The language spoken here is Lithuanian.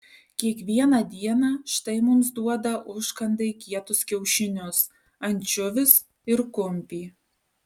kiekvieną dieną štai mums duoda užkandai kietus kiaušinius ančiuvius ir kumpį